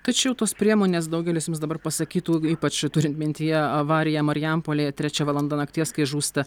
tačiau tos priemonės daugelis jums dabar pasakytų ypač turint mintyje avariją marijampolėje trečia valanda nakties kai žūsta